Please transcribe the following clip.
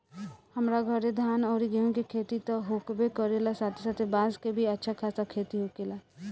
हमरा घरे धान अउरी गेंहू के खेती त होखबे करेला साथे साथे बांस के भी अच्छा खासा खेती होखेला